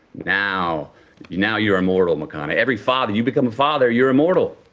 now you're now you're immortal, mcconaughey. every father you become a father, you're immortal.